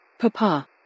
Papa